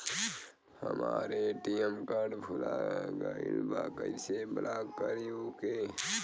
हमार ATM card भूला गईल बा कईसे ब्लॉक करी ओके?